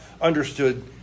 understood